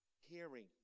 hearing